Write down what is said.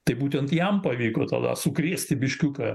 tai būtent jam pavyko tada sukrėsti biškiuką